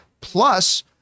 Plus